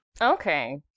Okay